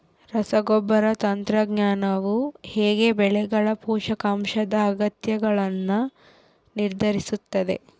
ರಸಗೊಬ್ಬರ ತಂತ್ರಜ್ಞಾನವು ಹೇಗೆ ಬೆಳೆಗಳ ಪೋಷಕಾಂಶದ ಅಗತ್ಯಗಳನ್ನು ನಿರ್ಧರಿಸುತ್ತದೆ?